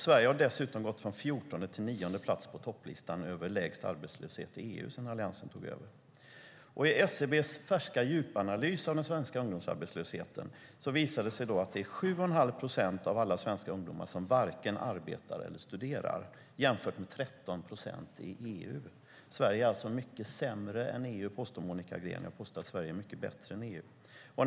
Sverige har dessutom gått från fjortonde till nionde plats på topplistan över lägst arbetslöshet i EU sedan Alliansen tog över. I SCB:s färska djupanalys av den svenska ungdomsarbetslösheten visar det sig att det är 7 1⁄2 procent av alla svenska ungdomar som varken arbetar eller studerar jämfört med 13 procent i EU. Monica Green påstår att Sverige är mycket sämre än övriga EU. Jag påstår att Sverige är mycket bättre än övriga EU.